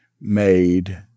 made